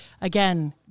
again